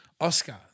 Oscar